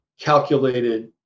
calculated